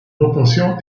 proportion